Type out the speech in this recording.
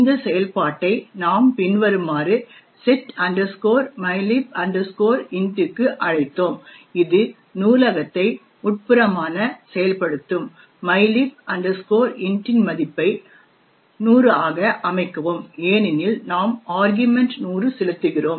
இந்த செயல்பாட்டை நாம் பின்வருமாறு set mylib int க்கு அழைத்தோம் இது நூலகத்தை உட்புறமான செயல்படுத்தும் mylib int இன் மதிப்பை 100 ஆக அமைக்கவும் ஏனெனில் நாம் ஆர்க்யுமன்ட் 100 செலுத்துகிறோம்